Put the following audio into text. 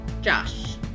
Josh